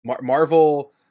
Marvel